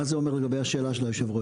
מה זה אומר לגבי השאלה של היושב-ראש?